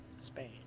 Spain